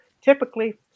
typically